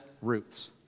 roots